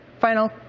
Final